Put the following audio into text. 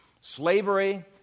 Slavery